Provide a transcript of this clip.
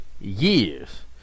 years